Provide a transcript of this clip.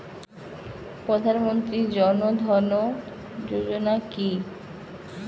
প্রধান মন্ত্রী জন ধন যোজনা কি?